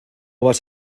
vas